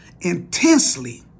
Intensely